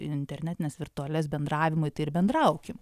internetines virtualias bendravimui tai ir bendraukim